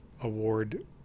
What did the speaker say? Award